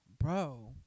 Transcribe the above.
Bro